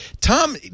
Tom